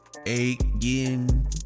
Again